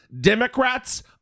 Democrats